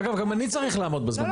אגב, גם אני צריך לעמוד בזמנים.